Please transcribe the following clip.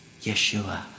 Yeshua